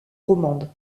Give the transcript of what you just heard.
romande